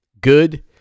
Good